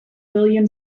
william